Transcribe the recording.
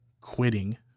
quitting